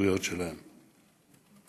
הזכויות שלהן.